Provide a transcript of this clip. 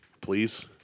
Please